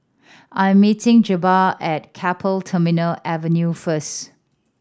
i am meeting Jabbar at Keppel Terminal Avenue first